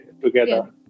together